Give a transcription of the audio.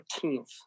13th